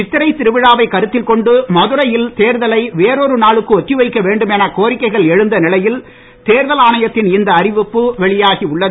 சித்திரைத் திருவிழாவைக் கருத்தில் கொண்டு மதுரையில் தேர்தலை வேறொரு நாளுக்கு ஒத்தி வைக்க வேண்டும் என கோரிக்கைகள் எழுந்த நிலையில் தேர்தல் ஆணையத்தின் இந்த அறிவிப்பு வெளியாகி உள்ளது